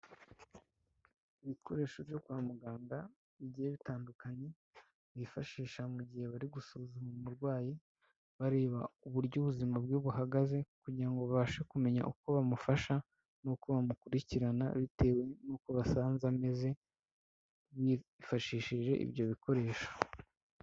Ibikoresho byo kwa muganga bigiye bitandukanye, bifashisha mu gihe bari gusuzuma umurwayi, bareba uburyo ubuzima bwe buhagaze, kugira ngo babashe kumenya uko bamufasha n'uko bamukurikirana, bitewe n'uko basanze ameze bifashishije ibyo bikoresho.